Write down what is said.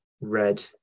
red